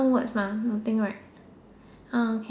no words mah nothing right ah okay